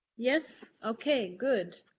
yes, ok, good.